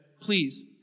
please